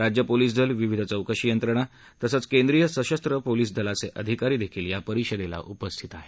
राज्य पोलिस दल विविध चौकशी यंत्रणा तसंच केंद्रीय सशस्त्र पोलिस दलाचे अधिकारी या परिषदेला उपस्थित आहेत